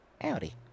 Howdy